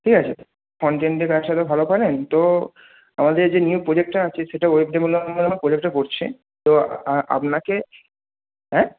ঠিক আছে কনটেন্টের কাজটা তো ভালো পারেন তো আমাদের যে নিউ প্রোজেক্টটা আছে সেটা ওয়েব ডেভেলপ উপরে প্রোজেক্টটা পড়ছে তো আপনাকে হ্যাঁ